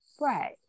Right